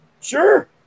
sure